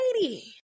lady